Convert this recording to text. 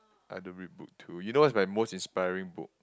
I don't read book too you know what's my most inspiring book